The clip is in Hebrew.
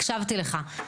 הקשבתי לך.